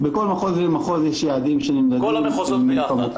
בכל מחוז ומחוז יש יעדים שנמדדים -- בכל המחוזות ביחד.